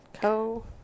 Co